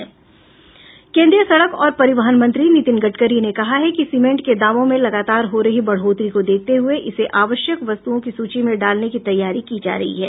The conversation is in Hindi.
केंद्रीय सड़क और परिवहन मंत्री नितिन गडकरी ने कहा है कि सीमेंट के दामों में लगातार हो रही बढ़ोतरी को देखते हुये इसे आवश्यक वस्तुओं की सूची में डालने की तैयारी की जा रही है